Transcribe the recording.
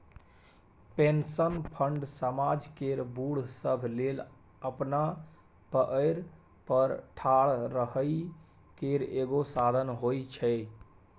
pension fund समाज केर बूढ़ सब लेल अपना पएर पर ठाढ़ रहइ केर एगो साधन होइ छै